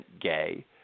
gay